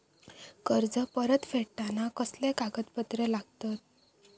कर्ज परत फेडताना कसले कागदपत्र लागतत?